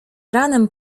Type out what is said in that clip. ranem